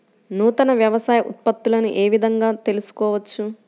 నూతన వ్యవసాయ ఉత్పత్తులను ఏ విధంగా తెలుసుకోవచ్చు?